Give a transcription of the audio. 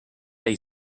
they